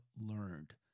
learned